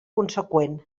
conseqüent